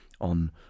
on